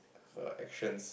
her actions